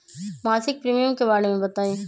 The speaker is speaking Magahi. मासिक प्रीमियम के बारे मे बताई?